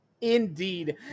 Indeed